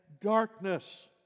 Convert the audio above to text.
darkness